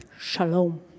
Shalom